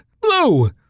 Blue